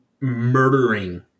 murdering